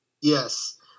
yes